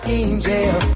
angel